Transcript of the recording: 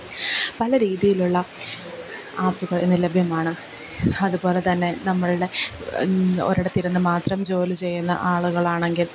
പല രീതിയിലുള്ള ആപ്പുകൾ ഇന്ന് ലഭ്യമാണ് അതുപോലെത്തന്നെ നമ്മളുടെ ഒരിടത്തിരുന്നു മാത്രം ജോലിചെയ്യുന്ന ആളുകളാണെങ്കിൽ